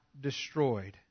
destroyed